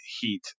heat